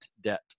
debt